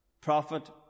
Prophet